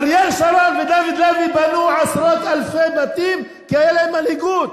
אריאל שרון ודוד לוי בנו עשרות אלפי בתים כי היתה להם מנהיגות.